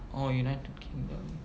oh united kingdom